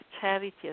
charity